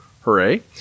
hooray